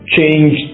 Change